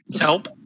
Help